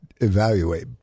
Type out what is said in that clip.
evaluate